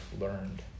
learned